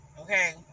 okay